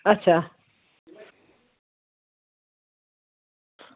अच्छा